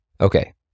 Okay